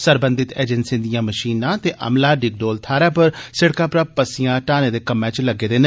सरबंघत एजेंसिए दिआं मशीनां ते अमला डिगडोल थाहरै पर सिडकै परा पस्सियां हटाने दे कम्मै च लग्गे दे न